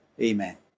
Amen